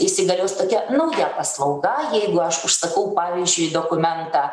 įsigalios tokia nauja paslauga jeigu aš užsakau pavyzdžiui dokumentą